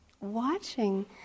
watching